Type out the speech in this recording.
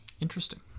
interesting